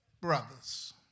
brothers